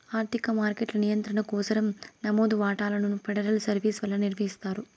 ఆర్థిక మార్కెట్ల నియంత్రణ కోసరం నమోదు వాటాలను ఫెడరల్ సర్వీస్ వల్ల నిర్వహిస్తారు